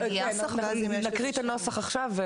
נקריא את הנוסח עכשיו.